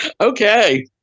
Okay